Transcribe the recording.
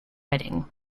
reading